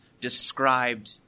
described